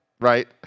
Right